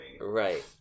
Right